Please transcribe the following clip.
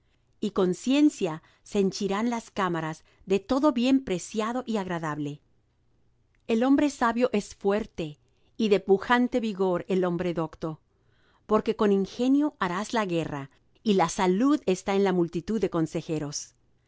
y con ciencia se henchirán las cámaras de todo bien preciado y agradable el hombre sabio es fuerte y de pujante vigor el hombre docto porque con ingenio harás la guerra y la salud está en la multitud de consejeros